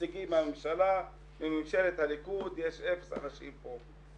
נציגים מהממשלה, מממשלת הליכוד יש אפס אנשים פה.